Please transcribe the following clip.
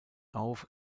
auf